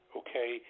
okay